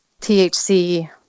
thc